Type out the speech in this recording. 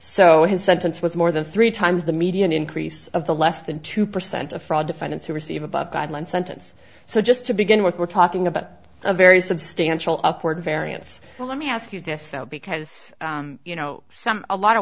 so his sentence was more than three times the median increase of the less than two percent of fraud defendants who receive above guideline sentence so just to begin with we're talking about a very substantial upward variance so let me ask you this though because you know some a lot of